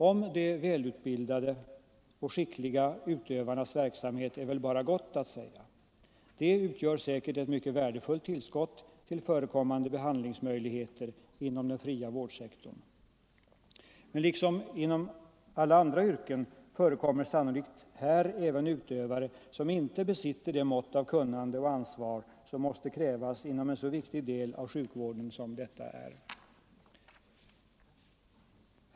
Om de välutbildade och skickliga utövarnas verksamhet är väl bara gott att säga. De utgör säkert ett mycket värdefullt tillskott till förekommande behandlingsmöjligheter — inom ”den fria vårdsektorn”. Men liksom inom alla andra yrken förekommer sannolikt här även utövare som inte besitter det mått av kunnande och ansvar som måste krävas inom en så viktig del av sjukvården som detta är.